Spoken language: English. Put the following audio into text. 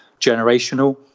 generational